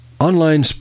Online